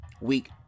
week